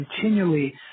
continually